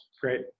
great